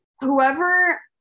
Whoever